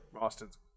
Austin's